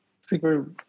super